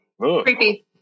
Creepy